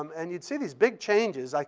um and you'd see these big changes. like